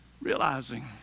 Realizing